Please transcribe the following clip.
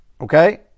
okay